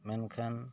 ᱢᱮᱱᱠᱷᱟᱱ